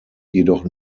jedoch